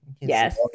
Yes